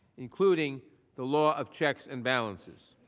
including the law of checks and balances.